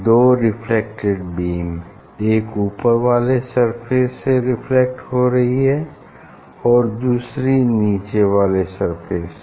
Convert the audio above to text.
दो reflected beam एक ऊपर वाले सरफेस इस रिफ्लेक्ट हो रही है और दूसरी नीचे वाले सरफेस से